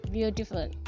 Beautiful